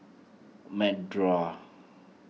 Medora